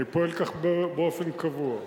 אני פועל כך באופן קבוע.